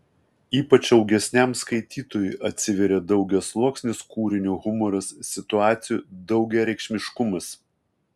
ypač augesniam skaitytojui atsiveria daugiasluoksnis kūrinio humoras situacijų daugiareikšmiškumas